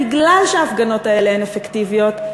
מכיוון שההפגנות האלה הן אפקטיביות,